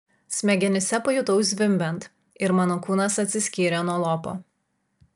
smegenyse pajutau zvimbiant ir mano kūnas atsiskyrė nuo lopo